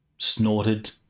snorted